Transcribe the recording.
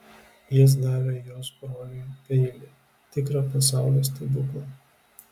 jis davė jos broliui peilį tikrą pasaulio stebuklą